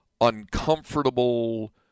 uncomfortable